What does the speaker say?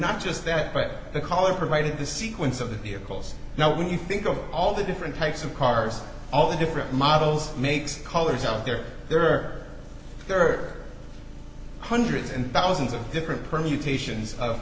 not just that but the collar provided the sequence of the vehicles now when you think of all the different types of cars all the different models makes colors out there there are rd hundreds and thousands of different permutations of